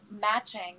matching